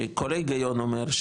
שכל ההיגיון אומר,